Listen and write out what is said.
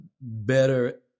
better